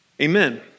Amen